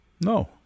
No